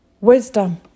Wisdom